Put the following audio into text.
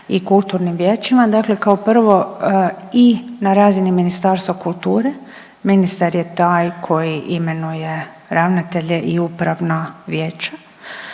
i kulturnim vijećima, dakle kao prvo i na razini Ministarstva kulture, ministar je taj koji imenuje ravnatelje i upravna vijeća